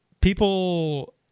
people